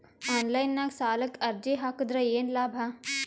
Online ನಾಗ್ ಸಾಲಕ್ ಅರ್ಜಿ ಹಾಕದ್ರ ಏನು ಲಾಭ?